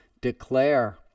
declare